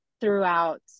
throughout